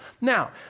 Now